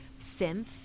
synth